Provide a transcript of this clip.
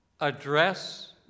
address